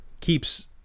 keeps